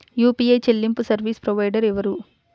UPI చెల్లింపు service provider ఎవరు?